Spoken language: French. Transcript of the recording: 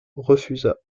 refusa